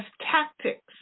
tactics